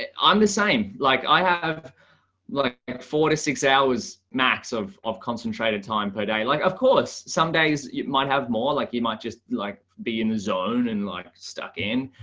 and on the same, like, i have like and four to six hours max of of concentrated time per day like of course, some days you might have more like you might just like be in the zone and like stuck in,